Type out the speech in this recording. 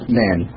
men